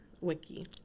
wiki